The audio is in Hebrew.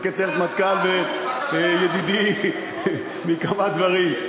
מפקד סיירת מטכ"ל וידידי מכמה דברים.